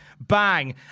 bang